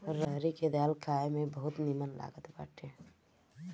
रहरी के दाल खाए में बहुते निमन लागत बाटे